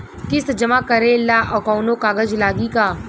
किस्त जमा करे ला कौनो कागज लागी का?